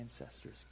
ancestors